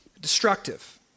destructive